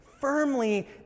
firmly